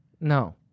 no